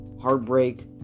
heartbreak